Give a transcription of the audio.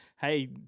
Hey